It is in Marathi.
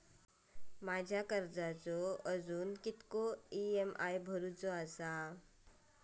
माझ्या कर्जाचो अजून किती ई.एम.आय भरूचो असा?